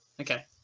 okay